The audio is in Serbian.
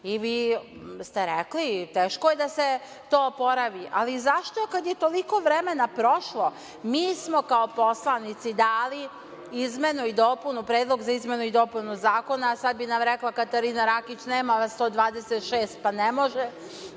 i vi ste rekli, teško je da se to oporavi. Ali zašto kada je toliko vremena prošlo? Mi smo kao poslanici dali predlog za izmenu i dopunu zakona. Sada bi nam rekla Katarina Rakić, nema vas 126, pa ne može,